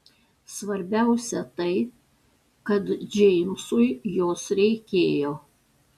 svarbiausia tai kad džeimsui jos reikėjo